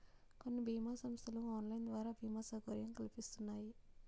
కొన్ని బీమా సంస్థలు ఆన్లైన్ ద్వారా బీమా సౌకర్యం కల్పిస్తున్నాయి